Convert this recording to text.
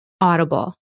Audible